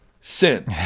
sin